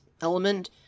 element